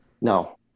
No